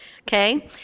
Okay